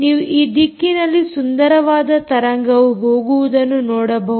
ನೀವು ಈ ದಿಕ್ಕಿನಲ್ಲಿ ಸುಂದರವಾದ ತರಂಗವು ಹೋಗುವುದನ್ನು ನೋಡಬಹುದು